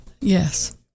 Yes